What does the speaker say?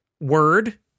Word